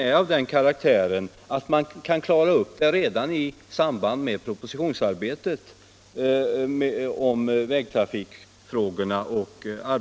— är av den karaktären att de kan klaras upp redan i samband med propositionsarbetet.